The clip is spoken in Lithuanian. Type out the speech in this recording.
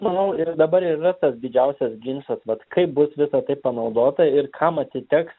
manau ir dabar ir yra tas didžiausias ginčas vat kaip bus visa tai panaudota ir kam atiteks